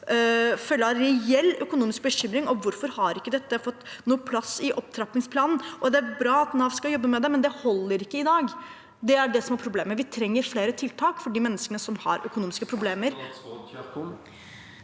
følger av reell økonomisk bekymring? Og hvorfor har ikke dette fått noen plass i opptrappingsplanen? Det er bra at Nav skal jobbe med det, men det holder ikke i dag. Det er det som er problemet. Vi trenger flere tiltak for de menneskene som har økonomiske problemer.